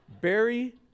Barry